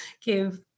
give